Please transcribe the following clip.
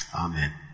Amen